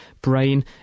brain